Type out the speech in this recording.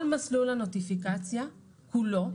כל מסלול הנוטיפיקציה כולו,